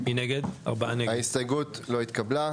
הצבעה בעד 3 נגד 4 ההסתייגות לא התקבלה.